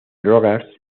rogers